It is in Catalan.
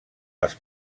les